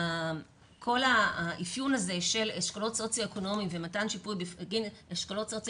כל האפיון הזה של אשכולות סוציו אקונומיים ומתן שיפוי בגין אשכולות סוציו